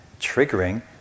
triggering